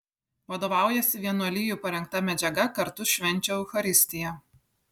vadovaujasi vienuolijų parengta medžiaga kartu švenčia eucharistiją